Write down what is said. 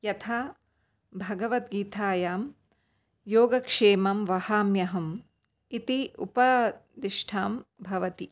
यथा भगवद्गीतायां योगक्षेमं वहाम्यहम् इति उपदिष्ठां भवति